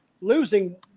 Losing